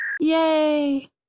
Yay